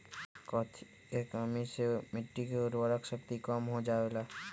कथी के कमी से मिट्टी के उर्वरक शक्ति कम हो जावेलाई?